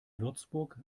würzburg